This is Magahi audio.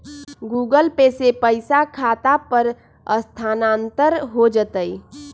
गूगल पे से पईसा खाता पर स्थानानंतर हो जतई?